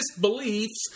beliefs